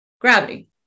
Gravity